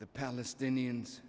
the palestinians